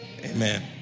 Amen